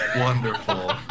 Wonderful